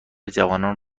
جوانان